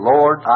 Lord